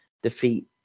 Defeat